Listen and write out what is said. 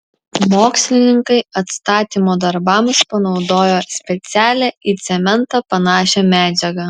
mokslininkai atstatymo darbams panaudojo specialią į cementą panašią medžiagą